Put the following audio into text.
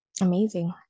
Amazing